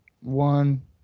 One